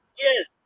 yes